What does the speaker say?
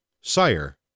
sire